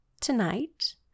tonight